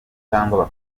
cyangwa